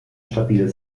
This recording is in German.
stabil